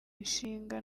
ishinga